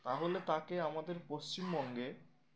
তাহলে তাকে আমাদের পশ্চিমবঙ্গে